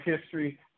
history